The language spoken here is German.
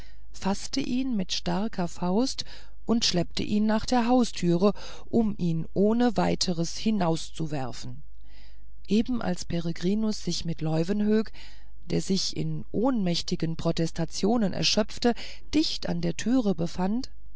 faßte ihn mit starker faust und schleppte ihn nach der haustüre um ihn ohne weiteres hinauszuwerfen eben als peregrinus sich mit leuwenhoek der sich in ohnmächtigen protestationen erschöpfte dicht an der türe befand